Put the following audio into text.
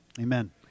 Amen